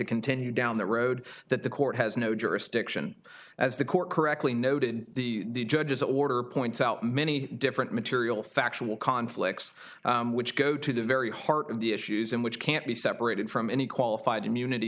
continue down the road that the court has no jurisdiction as the court correctly noted the judge's order points out many different material factual conflicts which go to the very heart of the issues in which can't be separated from any qualified immunity